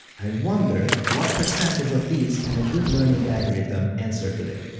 i wonder what percentage of these can a good learning algorithm answer today?